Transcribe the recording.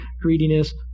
greediness